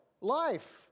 life